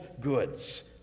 goods